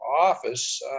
office